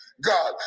God